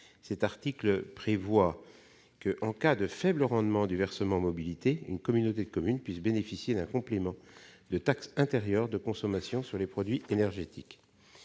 cet article prévoit que, en cas de faible rendement du versement mobilité, une communauté de communes pourra bénéficier d'un complément de taxe intérieure de consommation sur les produits énergétiques.